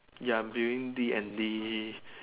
ya I'm doing D and D